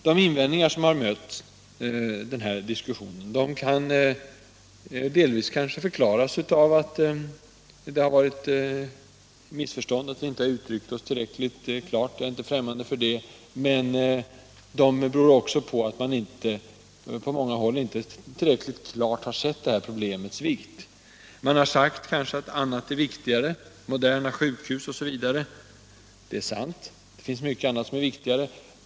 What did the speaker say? De invändningar som mött i diskussionen kan måhända delvis förklaras av att det har rått missförstånd — eller vi kanske inte har uttryckt oss tillräckligt klart; jag är inte främmande för det. Men de kan också bero på att man på många håll inte tillräckligt klart har sett problemets vidd. Man har kanske sagt att annat är viktigare, t.ex. moderna sjukhus. Detta är sant. Det finns mycket annat som är viktigare.